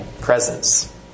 presence